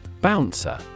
Bouncer